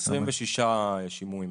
26 שימועים.